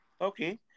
okay